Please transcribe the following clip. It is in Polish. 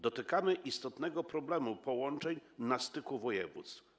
Dotykamy istotnego problemu połączeń na styku województw.